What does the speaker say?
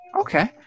Okay